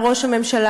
על ראש הממשלה,